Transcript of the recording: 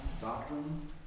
doctrine